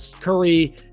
Curry